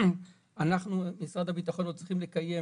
אנחנו, משרד הביטחון, עוד צריכים לקיים